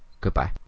Goodbye